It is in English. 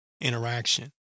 interaction